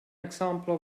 example